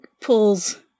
Pull's